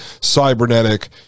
cybernetic